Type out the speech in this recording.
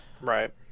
Right